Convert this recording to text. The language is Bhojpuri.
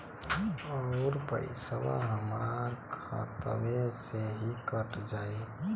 अउर पइसवा हमरा खतवे से ही कट जाई?